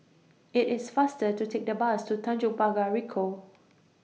IT IS faster to Take The Bus to Tanjong Pagar Ricoh